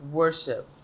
worship